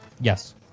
Yes